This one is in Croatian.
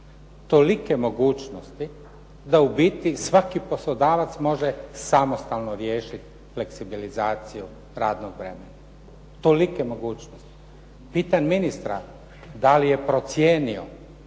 Tolike mogućnosti da u biti svaki poslodavac može samostalno riješit fleksibilizaciji radnog vremena, tolike mogućnosti. Pitam ministra da li je procijenio